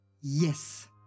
Yes